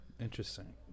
Interesting